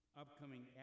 upcoming